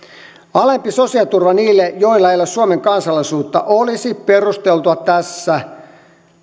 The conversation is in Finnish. alempi sosiaaliturva niille joilla ei ole suomen kansalaisuutta olisi perusteltu tässä